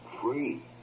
free